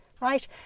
right